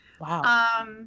Wow